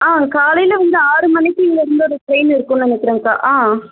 ஆ காலையில் வந்து ஆறு மணிக்கு இங்கேருந்து ஒரு டிரெயின் இருக்குதுன்னு நினைக்கிறேன்க்கா ஆ